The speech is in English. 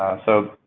so,